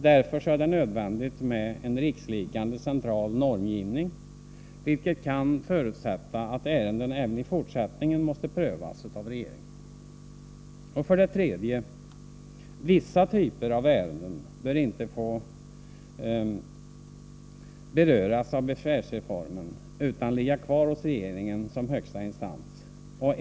Därför är det nödvändigt med en rikslikande central normgivning, vilket kan förutsätta att ärenden även i fortsättningen måste prövas av regeringen. 3. Vissa typer av ärenden bör inte få beröras av besvärsreformen utan ligga kvar hos regeringen som högsta instans.